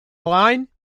line